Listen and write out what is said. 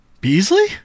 beasley